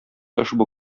ошбу